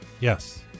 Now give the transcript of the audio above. Yes